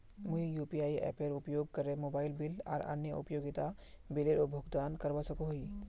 मुई यू.पी.आई एपेर उपयोग करे मोबाइल बिल आर अन्य उपयोगिता बिलेर भुगतान करवा सको ही